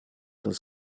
das